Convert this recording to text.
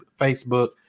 Facebook